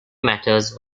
matters